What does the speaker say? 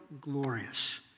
glorious